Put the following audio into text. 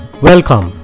Welcome